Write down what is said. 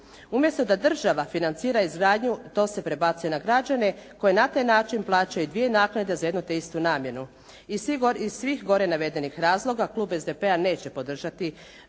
Umjesto da država financira izgradnju to se prebacuje na građane koji na taj način plaćaju dvije naknade za jedno te istu namjenu. Iz svih gore navedenih razloga, Klub SDP-a, neće podržati